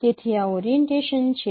તેથી આ ઓરીએન્ટેશન છે